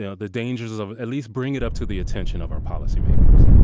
you know the dangers of at least bring it up to the attention of our policymakers.